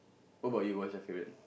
what about you what's your favorite